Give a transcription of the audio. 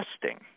testing